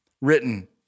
written